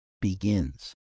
begins